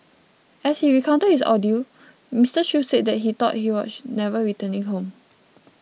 as he recounted his ordeal Mister Shoo said that he thought he was never returning home